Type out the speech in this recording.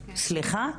סליחה,